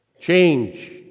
Change